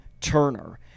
Turner